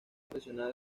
profesional